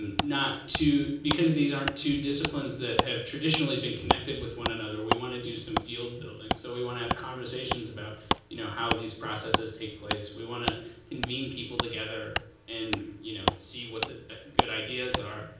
and not too because these aren't two disciplines that have traditionally been connected with one another, we want to do some field building. so we want to have conversations about you know how these processes take place. we want to and get people together and you know see what the good ideas are.